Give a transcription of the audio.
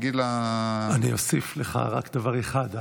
אני אוסיף לך רק דבר אחד,